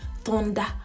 thunder